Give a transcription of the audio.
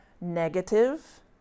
Negative